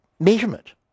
Measurement